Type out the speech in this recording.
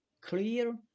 clear